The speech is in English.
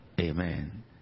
Amen